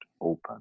open